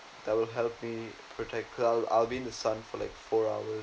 that will help me protect I'll I'll be in the sun for like four hours